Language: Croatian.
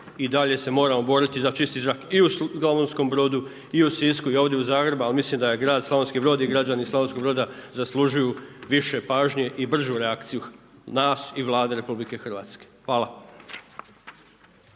i dalje se moramo boriti za čisti zrak i u Slavonskom Brodu i u Sisku i ovdje u Zagrebu ali mislim da je grad Slavonski Brod i građani Slavonskog Broda zaslužuju više pažnje i bržu reakciju nas i Vlade RH. Hvala.